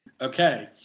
Okay